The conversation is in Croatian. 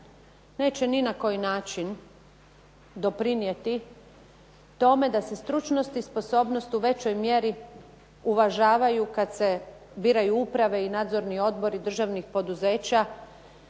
neće ni na koji način doprinijeti tome da se stručnost i sposobnost u većoj mjeri uvažavaju kad se biraju uprave i nadzorni odbori državnih poduzeća